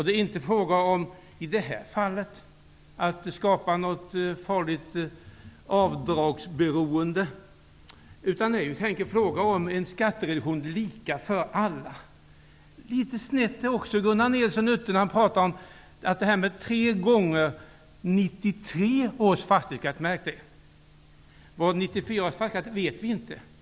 Det är i det här fallet inte fråga om att skapa något farligt avdragsberoende, utan det är helt enkelt fråga om en skattereduktion som är lika för alla. Gunnar Nilsson är också litet snett ute när han pratar om tre gånger 1993 års fastighetsskatt. 1994 års fastighetsskatt känner vi inte till.